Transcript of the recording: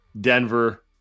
Denver